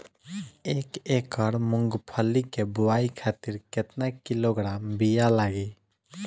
एक एकड़ मूंगफली क बोआई खातिर केतना किलोग्राम बीया लागी?